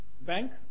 Bank